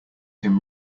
him